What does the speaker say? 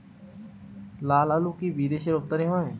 লালআলু কি বিদেশে রপ্তানি হয়?